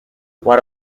what